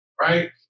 right